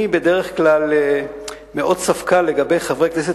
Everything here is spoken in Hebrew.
אני בדרך כלל מאוד ספקן לגבי חברי כנסת